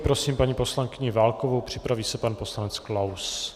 Prosím paní poslankyni Válkovou, připraví se pan poslanec Klaus.